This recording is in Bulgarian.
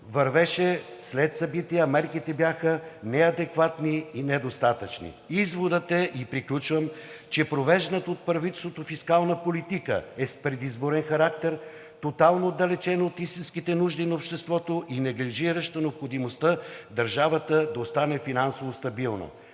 вървеше след събитията, а мерките бяха неадекватни и недостатъчни. Приключвам. Изводът е, че провежданата от правителството фискална политика е с предизборен характер, тотално отдалечена от истинските нужди на обществото и неглижираща необходимостта държавата да остане финансово стабилна.